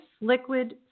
liquid